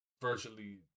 virtually